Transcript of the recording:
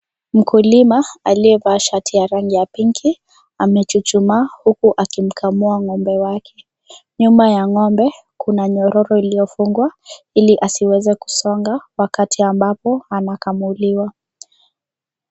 Mkulima aliyevaa shati ya rangi ya pinki amechuchumaa huku akimkamua ng'ombe wake. Nyuma ya ng'ombe, kuna nyororo iliyofungwa ili asiweze kusonga wakati ambapo anakamuliwa.